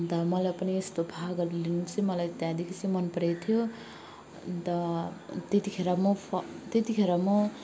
अन्त मलाई पनि यस्तो भागहरू लिनु चाहिँ मलाई त्यहाँदेखि चाहिँ मलाई मन परेको थियो अन्त त्यतिखेर म फ त्यतिखेर म